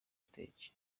stage